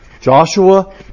Joshua